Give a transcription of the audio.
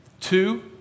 Two